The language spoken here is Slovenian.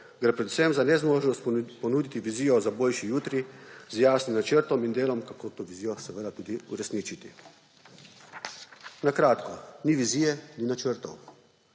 gre predvsem za nezmožnost ponuditi vizijo za boljši jutri z jasnim načrtom in delom, kako to vizijo tudi uresničiti. Na kratko: ni vizije, ni načrtov.